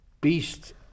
Beast